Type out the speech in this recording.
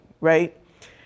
Right